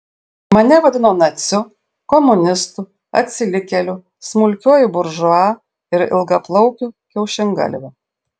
mane vadino naciu komunistu atsilikėliu smulkiuoju buržua ir ilgaplaukiu kiaušingalviu